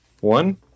One